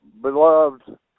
beloved